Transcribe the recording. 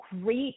great